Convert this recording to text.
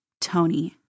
Tony